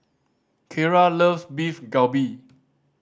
Kiera loves Beef Galbi